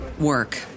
work